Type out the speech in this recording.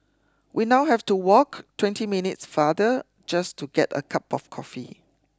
we now have to walk twenty minutes farther just to get a cup of coffee